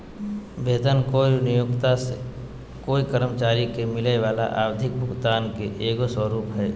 वेतन कोय नियोक्त से कोय कर्मचारी के मिलय वला आवधिक भुगतान के एगो स्वरूप हइ